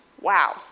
Wow